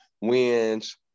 wins